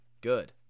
Good